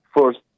first